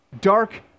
dark